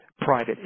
private